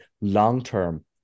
long-term